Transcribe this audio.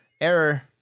error